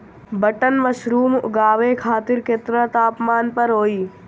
Button mushroom उगावे खातिर केतना तापमान पर होई?